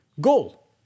goal